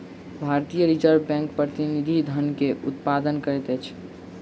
भारतीय Reserve Bank प्रतिनिधि धन के उत्पादन करैत अछि